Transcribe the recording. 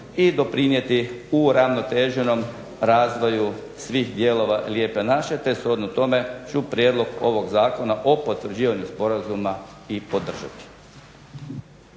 i doprinijeti uravnoteženom razvoju svih dijelova lijepe naše, te shodno tome ću prijedlog ovog Zakona o potvrđivanju sporazuma i podržati.